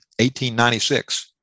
1896